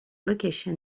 location